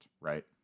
right